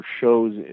shows